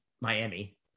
Miami